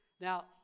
Now